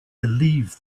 believe